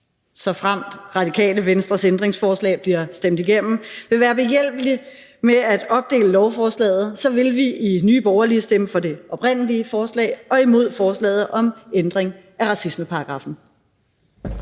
såfremt Radikale Venstres ændringsforslag bliver stemt igennem, vil være behjælpelig med at opdele lovforslaget, vil vi i Nye Borgerlige stemme for det oprindelige forslag og imod forslaget om ændring af racismeparagraffen.